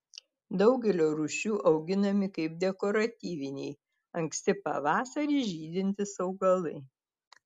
daugelio rūšių auginami kaip dekoratyviniai anksti pavasarį žydintys augalai